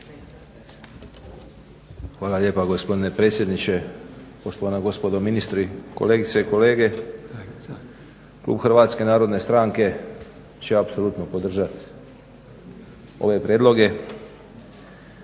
Hvala lijepa gospodine predsjedniče, poštovana gospodo ministri, kolegice i kolege. Klub HNS-a će apsolutno podržati ove prijedloge.